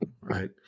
Right